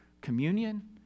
communion